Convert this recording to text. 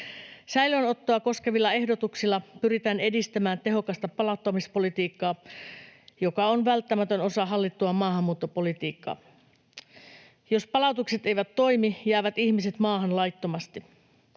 Säilöönottoa koskevilla ehdotuksilla pyritään edistämään tehokasta palauttamispolitiikkaa, joka on välttämätön osa hallittua maahanmuuttopolitiikkaa. Jos palautukset eivät toimi, jäävät ihmiset maahan laittomasti.